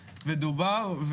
ודובר,